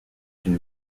une